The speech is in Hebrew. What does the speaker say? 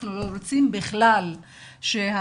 אנחנו לא רוצים בכלל שהתלמידים,